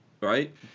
right